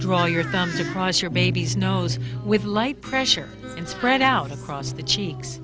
draw your thumb surprise your baby's nose with light pressure and spread out across the cheeks